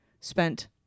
spent